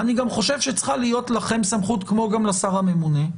אני גם חושב שצריכה להיות לגם סמכות כמו גם לשר הממונה,